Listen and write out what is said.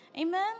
Amen